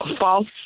false